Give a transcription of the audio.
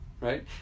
right